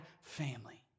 family